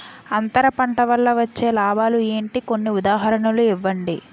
అంతర పంట వల్ల వచ్చే లాభాలు ఏంటి? కొన్ని ఉదాహరణలు ఇవ్వండి?